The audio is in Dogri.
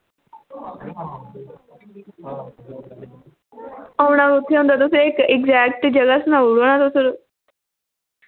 ते उत्थें मतलब एग्जैक्ट जगह सनाई ओड़ो ना तुस